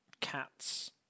Cats